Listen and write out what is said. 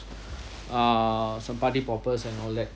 uh some party popper and all that